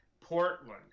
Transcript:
Portland